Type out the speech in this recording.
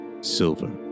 Silver